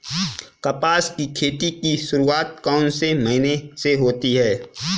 कपास की खेती की शुरुआत कौन से महीने से होती है?